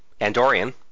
Andorian